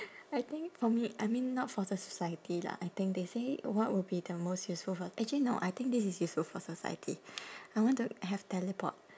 I think for me I mean not for the society lah I think they say what would be the most useful for actually no I think this is useful for society I want to have teleport